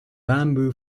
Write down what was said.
bamboo